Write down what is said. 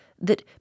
that